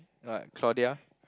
what Claudia